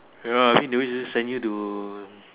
ya mean doing this sent you to